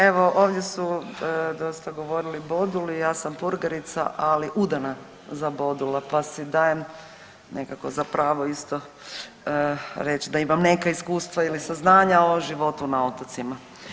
Evo ovdje dosta govorili boduli, ja sam purgerica ali udana za bodula pa si dajem nekako za pravo isto reći da imam neka iskustva ili saznanja o životu na otocima.